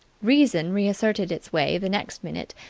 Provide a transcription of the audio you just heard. reason reasserted its way the next minute,